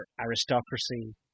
aristocracy